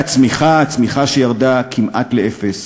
והצמיחה, הצמיחה שירדה כמעט לאפס,